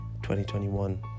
2021